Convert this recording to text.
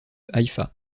haïfa